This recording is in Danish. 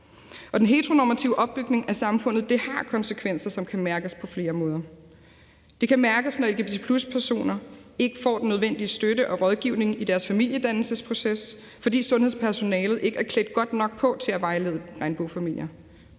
den heteronormative opbygning af samfundet har konsekvenser, som kan mærkes på flere måder. Det kan mærkes, når lgbt+-personer ikke får den nødvendige støtte og rådgivning i deres familiedannelsesproces, fordi sundhedspersonalet ikke er klædt godt nok på til at vejlede regnbuefamilier;